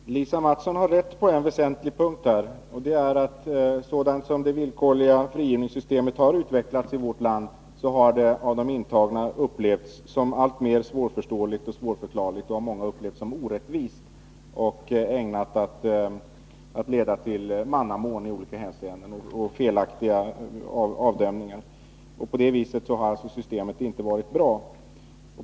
Herr talman! Lisa Mattson har rätt på en väsentlig punkt, nämligen att så som det villkorliga frigivningssystemet utvecklas i vårt land har det av de intagna uppfattats som alltmer svårförståeligt och svårförklarligt, av många också som orättvist och ägnat att leda till mannamån i olika hänseenden och felaktiga bedömningar. På det viset har systemet inte varit bra.